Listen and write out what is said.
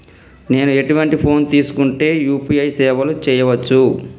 నేను ఎటువంటి ఫోన్ తీసుకుంటే యూ.పీ.ఐ సేవలు చేయవచ్చు?